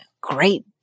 Great